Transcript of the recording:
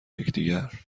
یکدیگر